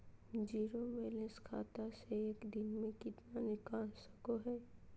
Zero balance खाता से एक दिन में कितना निकाल सको है?